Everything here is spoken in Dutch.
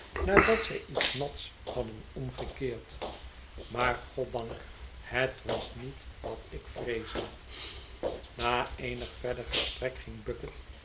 nadat zij iets nats hadden omgekeerd maar goddank het was niet wat ik vreesde na eenig verder gesprek ging bucket